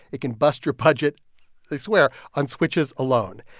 it can bust your budget i swear on switches alone.